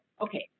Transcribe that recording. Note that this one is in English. okay